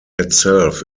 itself